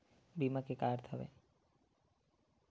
बीमा के का अर्थ हवय?